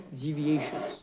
deviations